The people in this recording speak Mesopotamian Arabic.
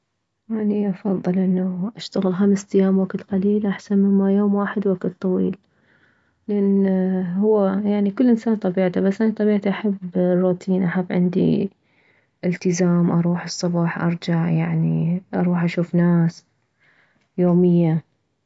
اني افضل انه اشتغل خمسة ايام وكت قليل احسن مما يوم واحد وكت طويل لان هو يعني كل انسان وطبيعته بس اني طبيعتي احب الروتين احب عندي التزام اروح الصبح ارجع يعني اروح اشوف ناس يومية